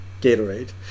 gatorade